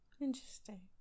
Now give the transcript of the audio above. Interesting